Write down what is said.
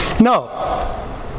No